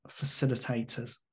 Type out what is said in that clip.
facilitators